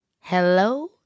Hello